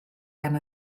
gan